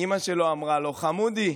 אימא שלו אמרה לו: חמודי,